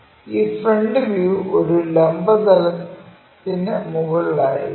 ഈ front view ഒരു ലംബ തലത്തിന് മുകളിലായിരിക്കാം